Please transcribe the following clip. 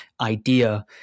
idea